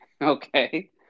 Okay